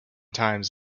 times